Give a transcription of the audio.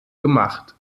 gemacht